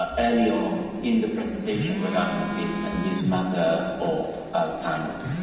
ah early on in the presentation regarding this and this matter of timing.